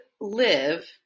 live